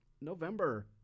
November